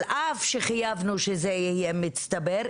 על אף שחייבנו שזה יהיה מצטבר,